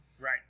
Right